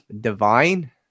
Divine